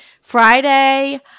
Friday